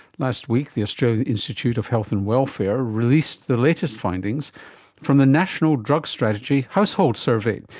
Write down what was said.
last week the australian institute of health and welfare released the latest findings from the national drug strategy household survey,